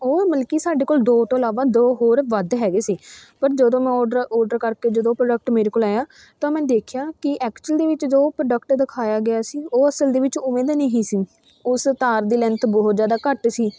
ਉਹ ਮਲ ਕਿ ਸਾਡੇ ਕੋਲ ਦੋ ਤੋਂ ਇਲਾਵਾ ਦੋ ਹੋਰ ਵੱਧ ਹੈਗੇ ਸੀ ਬਟ ਜਦੋਂ ਮੈਂ ਓਰਡਰ ਓਰਡਰ ਕਰਕੇ ਜਦੋਂ ਪ੍ਰੋਡਕਟ ਮੇਰੇ ਕੋਲ ਆਇਆ ਤਾਂ ਮੈਂ ਦੇਖਿਆ ਕਿ ਐਕਚੁਅਲ ਦੇ ਵਿੱਚ ਜੋ ਪ੍ਰੋਡਕਟ ਦਿਖਾਇਆ ਗਿਆ ਸੀ ਉਹ ਅਸਲ ਦੇ ਵਿੱਚ ਉਵੇਂ ਦਾ ਨਹੀਂ ਸੀ ਉਸ ਤਾਰ ਦੀ ਲੈਂਥ ਬਹੁਤ ਜ਼ਿਆਦਾ ਘੱਟ ਸੀ